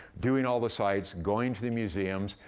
doing all the sights, going to the museums,